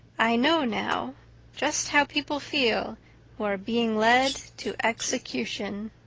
i know now just how people feel who are being led to execution.